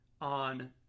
on